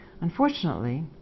Unfortunately